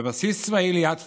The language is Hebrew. בבסיס צבאי ליד פרנקפורט,